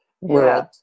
world